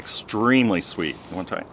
extremely sweet one time